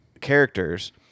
characters